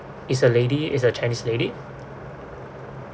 it's a lady it's a chinese lady